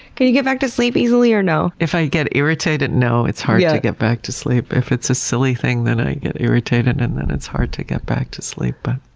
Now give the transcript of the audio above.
can you get back to sleep easily or no? if i get irritated, it's hard to to get back to sleep. if it's a silly thing, then i get irritated, and then it's hard to get back to sleep.